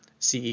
CE